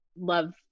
love